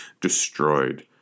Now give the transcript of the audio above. destroyed